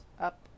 up